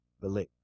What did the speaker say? believe